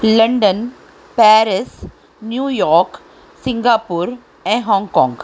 London Paris New York Singapore ऐं Hong Kong